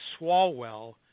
Swalwell